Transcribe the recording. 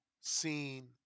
seen